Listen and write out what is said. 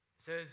says